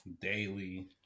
daily